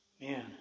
Man